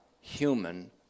human